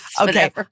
Okay